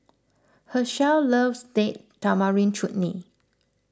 Hershel loves Date Tamarind Chutney